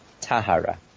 Tahara